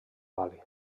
bali